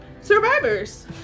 Survivors